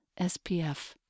SPF